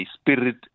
Spirit